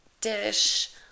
dish